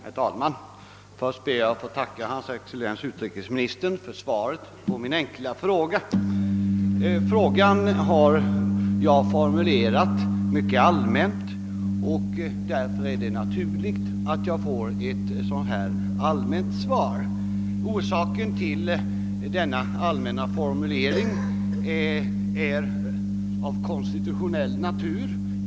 Herr talman! Först ber jag att få tacka hans excellens herr utrikesministern för svaret på min enkla fråga. Eftersom jag formulerat min fråga mycket allmänt är det naturligt att jag fått ett allmänt svar. Orsaken till den allmänna formuleringen av min fråga är av konstitutionell natur.